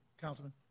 Councilman